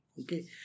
Okay